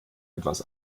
etwas